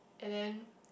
and then